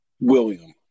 William